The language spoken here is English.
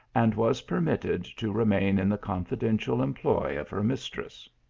and was permitted to remain in the confidential employ of her mistress.